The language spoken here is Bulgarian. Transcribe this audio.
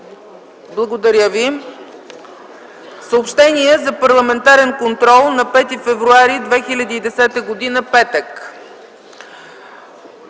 Благодаря ви